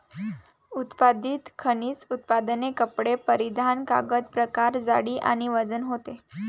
उत्पादित खनिज उत्पादने कपडे परिधान कागद प्रकार जाडी आणि वजन होते